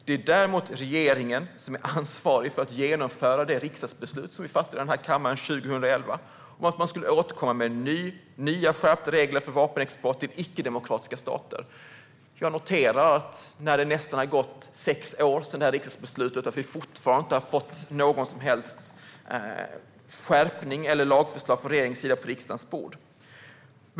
Det är däremot regeringen som är ansvarig att genomföra det riksdagsbeslut som vi fattade i kammaren 2011 om att regeringen skulle återkomma med nya skärpta regler för vapenexport till icke-demokratiska stater. Jag noterar att det nästan har gått sex år sedan riksdagsbeslutet och att vi fortfarande inte har fått någon som helst skärpning eller något lagförslag från regeringens sida på riksdagens bord.